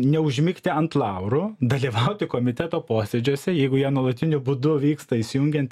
neužmigti ant laurų dalyvauti komiteto posėdžiuose jeigu jie nuolatiniu būdu vyksta įsijungiant